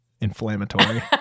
inflammatory